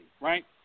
right